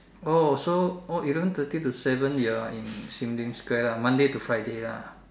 oh so oh eleven thirty to seven you are in Sim Lim Square lah Monday to Friday lah